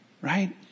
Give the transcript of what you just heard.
right